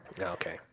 Okay